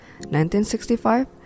1965